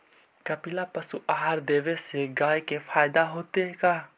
कपिला पशु आहार देवे से गाय के फायदा होतै का?